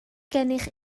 gennych